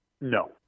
No